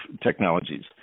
technologies